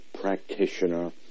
practitioner